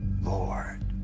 Lord